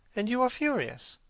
and you are furious.